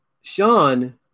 Sean